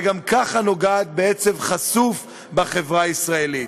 שגם ככה נוגעת בעצב חשוף בחברה הישראלית.